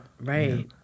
right